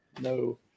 no